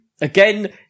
Again